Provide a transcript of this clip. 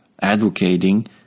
advocating